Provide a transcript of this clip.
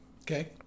Okay